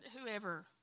whoever